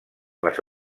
les